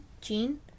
gene